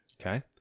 Okay